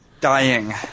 dying